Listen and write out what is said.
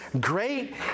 great